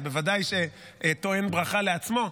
אז בוודאי שהוא טעון ברכה לעצמו,